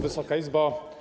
Wysoka Izbo!